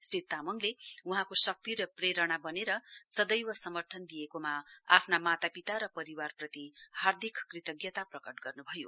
श्री तामाङले वहाँको शक्ति र प्रेरणा बनेर सदैव समर्थन दिएकोमा आफ्ना मातापिता र परिवारप्रति हार्दिक कृतज्ञता प्रकट गर्नु भयो